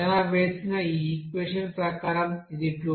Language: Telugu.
అంచనా వేసిన ఈ ఈక్వెషన్ ప్రకారం ఇది 2